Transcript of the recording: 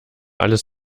alles